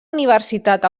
universitat